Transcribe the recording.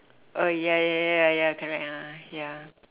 oh ya ya ya ya correct ah ya